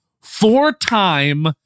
four-time